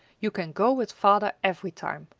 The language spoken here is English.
you can go with father every time,